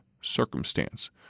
circumstance